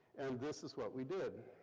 and this is what we did,